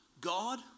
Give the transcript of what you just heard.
God